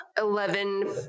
Eleven